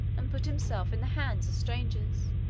and put himself in the hands of strangers.